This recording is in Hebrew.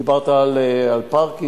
דיברת על parking,